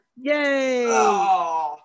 Yay